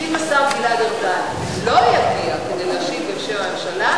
שאם השר ארדן לא יגיע כדי להשיב בשם הממשלה,